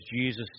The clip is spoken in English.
Jesus